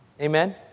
Amen